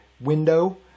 window